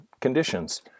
conditions